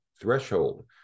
threshold